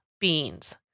beans